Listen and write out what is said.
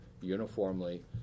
uniformly